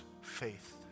faith